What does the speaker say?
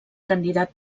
candidat